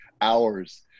hours